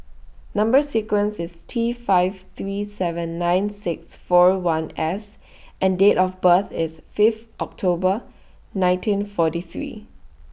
Number sequence IS T five three seven nine six four one S and Date of birth IS Fifth October nineteen forty three